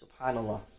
Subhanallah